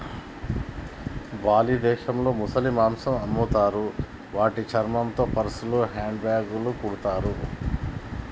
Bali దేశంలో ముసలి మాంసం అమ్ముతారు వాటి చర్మంతో పర్సులు, హ్యాండ్ బ్యాగ్లు కుడతారు